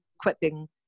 equipping